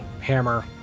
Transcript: Hammer